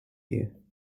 you